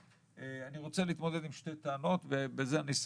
אני רוצה להתמודד עם שתי טענות ובזה אני אסיים.